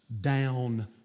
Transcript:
down